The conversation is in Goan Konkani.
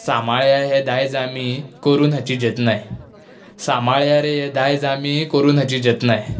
सांबाळया हें दायज आमी करून हेची जतनाय सांबाळया रे हें दायज आमी करून हाची जतनाय